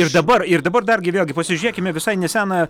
ir dabar ir dabar dargi vėlgi pasižiūrėkime visai neseną